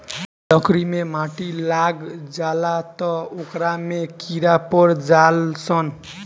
लकड़ी मे माटी लाग जाला त ओकरा में कीड़ा पड़ जाल सन